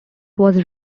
was